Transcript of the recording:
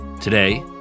Today